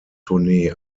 tournee